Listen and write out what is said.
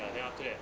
ya then after that